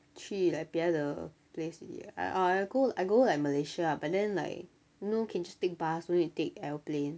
去 like 别的 place already I I go I go like malaysia ah but then like you know can just take bus don't need to take airplane